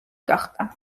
გახდა